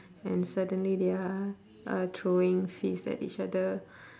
and suddenly they are uh throwing fists at each other